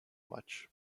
much